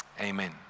amen